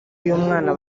y’umwana